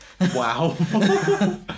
Wow